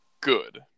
good